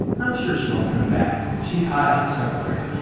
i'm sure she won't come back. she's hiding somewhere.